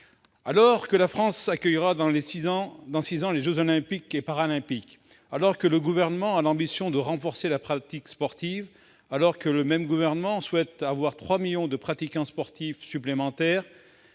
Alors que la France accueillera dans six ans les jeux Olympiques et Paralympiques, alors que le Gouvernement a l'ambition de renforcer la pratique sportive, alors que ce même gouvernement souhaite avoir 3 millions de pratiquants sportifs supplémentaires,